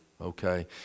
okay